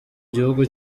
gihugu